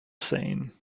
scene